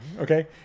okay